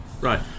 Right